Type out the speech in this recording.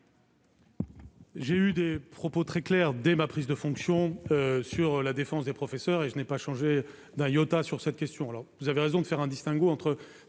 J'ai tenu des propos très clairs, dès ma prise de fonction, sur la défense des professeurs et je n'ai pas changé d'un iota sur cette question. Vous avez raison de faire un entre